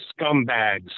scumbags